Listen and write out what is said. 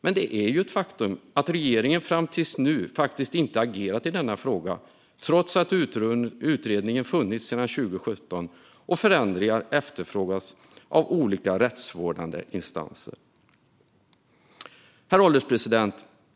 Men det är ju ett faktum att regeringen fram till nu faktiskt inte agerat i denna fråga, trots att utredningen funnits sedan 2017 och förändringar efterfrågats av olika rättsvårdande instanser. Herr ålderspresident!